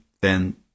Then